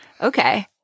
Okay